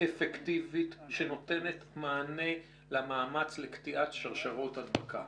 אפקטיבית שנותנת מענה למאמץ לקטיעת שרשרות הדבקה.